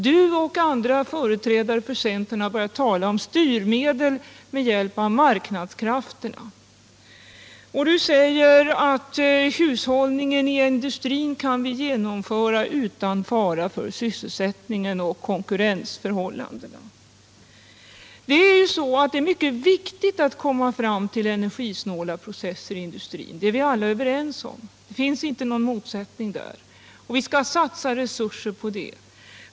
Du och andra företrädare för centern har börjat tala om styrning med hjälp av marknadskrafterna, och du säger att hushållningen i industrin kan genomföras utan fara för sysselsättningen och konkurrensförhållandena. Det är ju mycket viktigt att komma fram till energisnåla processer i industrin; det finns ingen motsättning där, utan vi är alla överens om att vi skall satsa resurser på det.